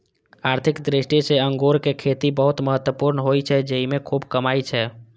आर्थिक दृष्टि सं अंगूरक खेती बहुत महत्वपूर्ण होइ छै, जेइमे खूब कमाई छै